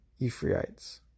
Ephraites